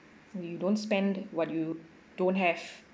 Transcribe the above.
you don't spend what you don't have